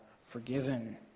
forgiven